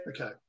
okay